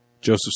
Joseph